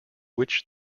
which